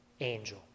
angel